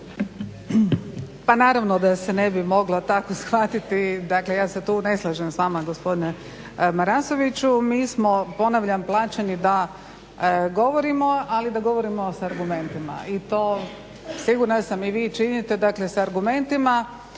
Pa naravno da se ne bi moglo tako shvatiti. Dakle, ja se tu ne slažem s vama gospodine Marasoviću. Mi smo ponavljam plaćeni da govorimo, ali da govorimo sa argumentima i to sigurna sam i vi činite, dakle sa argumentima